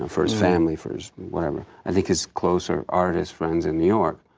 for his family, for his whatever, i think his closer, artist friends in new york,